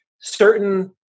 certain